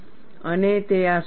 અને તે આ સૂચવે છે